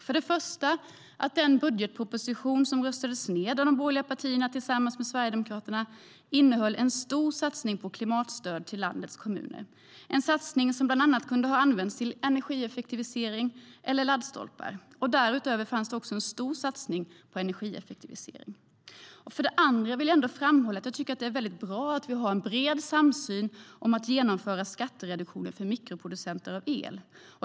För det första innehöll den budgetproposition som röstades ned av de borgerliga partierna tillsammans med Sverigedemokraterna en stor satsning på klimatstöd till landets kommuner. Denna satsning kunde ha använts till bland annat energieffektivisering och laddstolpar. Därutöver fanns också en stor satsning på energieffektivisering. För det andra vill jag framhålla att det är bra att vi har en bred samsyn om att genomföra skattereduktioner för mikroproducenter av el.